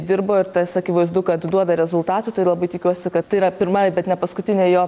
dirbo ir tas akivaizdu kad duoda rezultatų tai labai tikiuosi kad tai yra pirma bet ne paskutinė jo